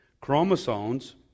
chromosomes